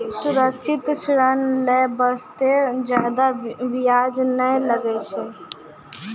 सुरक्षित ऋण लै बास्ते जादा बियाज नै लागै छै